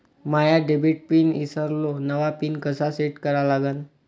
माया debit pin ईसरलो, नवा pin कसा सेट करा लागन?